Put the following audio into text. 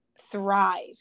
thrive